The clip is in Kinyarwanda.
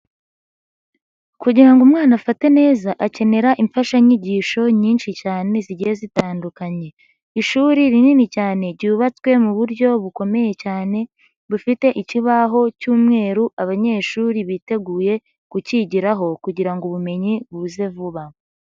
Kugirango umwana afate neza akenera imfashanyigisho nyinshi cyane zigiye zitandukanye ishuri rinini cyane ryubatswe mu buryo bukomeye cyane bufite ikibaho cy'umweru abanyeshuri biteguye kukigiraho kugira ngo ubumenyi buze vuba.